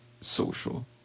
social